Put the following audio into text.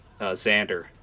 Xander